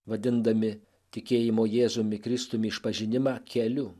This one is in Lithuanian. vadindami tikėjimo jėzumi kristumi išpažinimą keliu